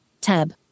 tab